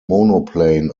monoplane